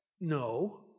No